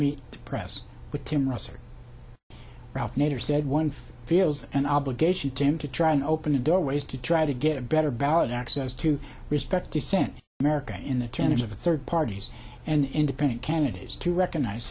the press with tim russert ralph nader said one feels an obligation tim to try and open a door ways to try to get a better ballot access to respect dissent america in the tenets of third parties and independent candidates to recognize